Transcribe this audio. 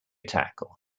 tackle